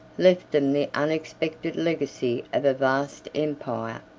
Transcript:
left them the unexpected legacy of a vast empire.